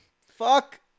Fuck